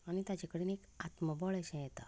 आनी ताजे कडेन एक आत्मबळ अशें येता